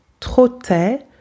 trottaient